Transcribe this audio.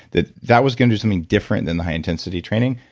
that, that was going to something different than the high intensity training.